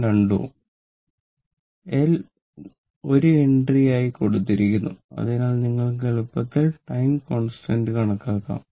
L 1 henry ആയി കൊടുത്തിരിക്കുന്നു അതിനാൽ നിങ്ങൾക്ക് എളുപ്പത്തിൽ ടൈം കോൺസ്റ്റന്റ് കണക്കാക്കാം